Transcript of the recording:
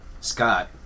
Scott